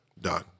Done